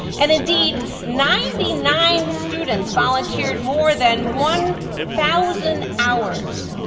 and indeed, ninety nine students volunteered more than one thousand hours.